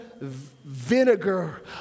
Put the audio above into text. vinegar